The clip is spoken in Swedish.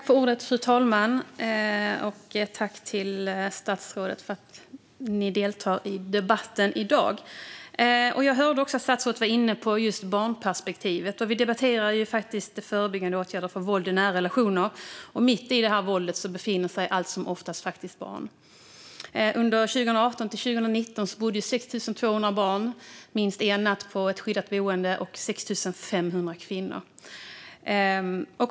Fru talman! Jag tackar statsrådet för att hon deltar i debatten i dag. Jag hörde att statsrådet var inne på just barnperspektivet. Vi debatterar ju faktiskt förebyggande åtgärder mot våld i nära relationer, och mitt i det här våldet befinner sig allt som oftast faktiskt barn. Under 2018-2019 bodde 6 200 barn och 6 500 kvinnor minst en natt på ett skyddat boende.